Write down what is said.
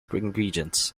ingredients